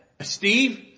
steve